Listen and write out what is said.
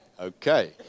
okay